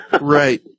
right